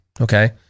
Okay